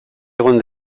egon